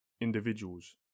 individuals